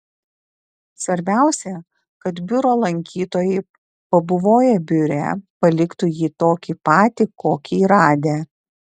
svarbiausia kad biuro lankytojai pabuvoję biure paliktų jį tokį patį kokį radę